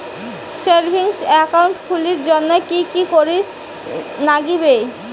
Savings account খুলির জন্যে কি কি করির নাগিবে?